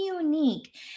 unique